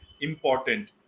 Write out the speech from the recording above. important